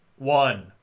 One